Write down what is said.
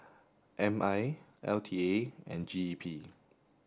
M I L T A and G E P